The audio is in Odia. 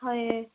ହଏ